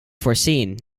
foreseen